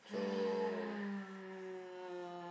uh